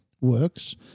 works